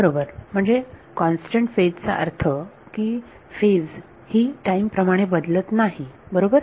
बरोबर म्हणजे constant phase चा अर्थ की फेज ही टाईम प्रमाणे बदलत नाही बरोबर